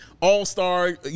all-star